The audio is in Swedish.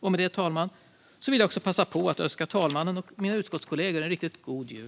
Herr talman! Jag vill passa på att önska talmannen och mina utskottskollegor en riktigt god jul.